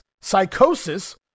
Psychosis